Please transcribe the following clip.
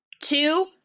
two